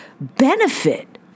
benefit